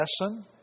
lesson